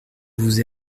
vous